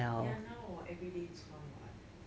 ya now 我 everyday 穿 what